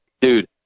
dude